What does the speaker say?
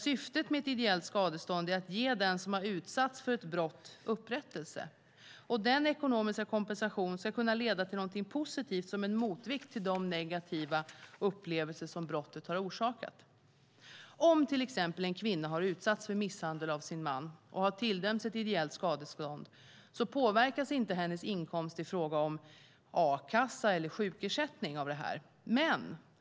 Syftet med ett ideellt skadestånd är att ge den som har utsatts för ett brott upprättelse. Den ekonomiska kompensationen ska kunna leda till något positivt, som en motvikt till de negativa upplevelser som brottet har orsakat. Om till exempel en kvinna har utsatts för misshandel av sin man och har tilldömts ett ideellt skadestånd påverkas inte hennes inkomst i form av a-kassa eller sjukersättning av detta.